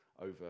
over